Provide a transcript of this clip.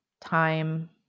time